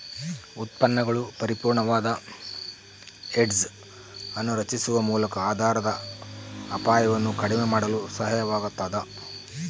ಉತ್ಪನ್ನಗಳು ಪರಿಪೂರ್ಣವಾದ ಹೆಡ್ಜ್ ಅನ್ನು ರಚಿಸುವ ಮೂಲಕ ಆಧಾರದ ಅಪಾಯವನ್ನು ಕಡಿಮೆ ಮಾಡಲು ಸಹಾಯವಾಗತದ